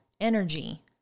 energy